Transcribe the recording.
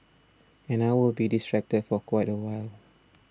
and I will be distracted for quite a while